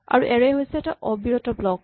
আৰু এৰে হৈছে এটা অবিৰত ব্লক